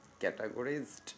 categorized